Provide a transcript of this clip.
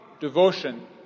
devotion